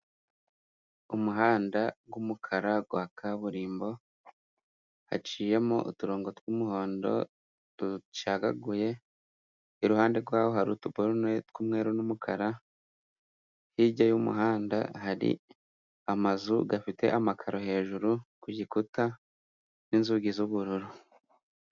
Umuhanda w'umukara wa kaburimbo. Haciyemo uturongo tw'umuhondo ducagaguye, iruhande rwaho hari utuborune tw'umweru n'umukara. Hirya y'umuhanda hari amazu afite amakaro, hejuru ku gikuta n'inzugi z'ubururu.